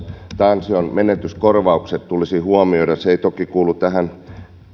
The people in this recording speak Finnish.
ansionmenetyskor vaukset tulisi huomioida se ei toki kuulu tähän